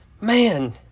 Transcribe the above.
Man